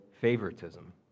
favoritism